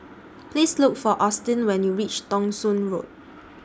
Please Look For Austin when YOU REACH Thong Soon Road